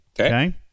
Okay